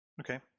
Okay